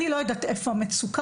אני לא יודעת איפה המצוקה,